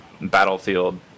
Battlefield